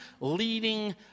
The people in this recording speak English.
leading